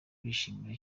bishimira